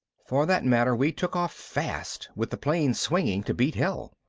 for that matter we took off fast with the plane swinging to beat hell.